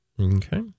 Okay